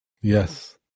Yes